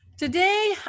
Today